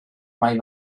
mai